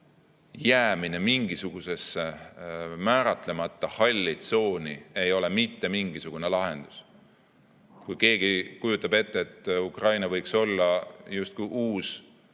jäämine mingisugusesse määratlemata halli tsooni ei ole mitte mingisugune lahendus. Kui keegi kujutab ette, et Ukraina võiks olla justkui uus ...